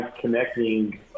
connecting